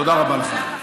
תודה רבה לכם.